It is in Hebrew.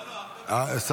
לא לא, ארבל.